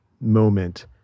moment